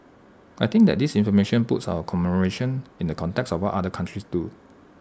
I think that this information puts our commemoration in the context of what other countries do